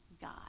God